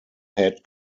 head